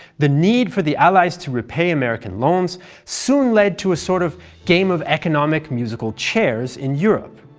the need for the allies to repay american loans soon led to a sort of game of economic musical chairs in europe.